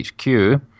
HQ